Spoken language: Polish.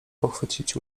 pochwycić